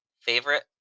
favorite